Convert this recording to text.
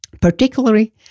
particularly